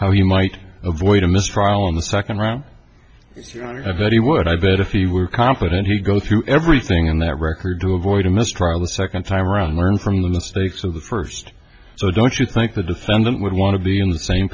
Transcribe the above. you might avoid a mistrial on the second round i bet he would i bet if he were competent he go through everything in that record to avoid a mistrial the second time around learn from the mistakes of the first so don't you think the defendant would want to be in the same